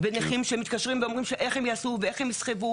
ונכים שמתקשרים ושואלים מה הם יעשו ואיך הם יסחבו?